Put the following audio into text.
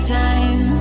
time